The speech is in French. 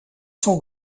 son